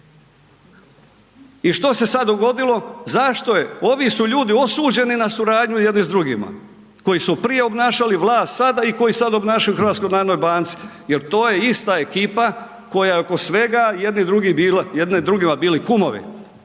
I što se sad dogodilo, zašto je, ovi su ljudi osuđeni na suradnju jedni s drugima, koji su prije obnašali vlast, sada i koji sada obnašaju u HNB-u, jer to je ista ekipa koja je oko svega, jedni drugima bili kumovi